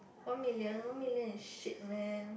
one million one million is shit man